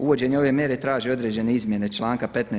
Uvođenje ove mjere traži određene izmjene članka 15.